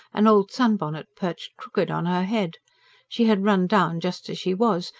an old sunbonnet perched crooked on her head she had run down just as she was,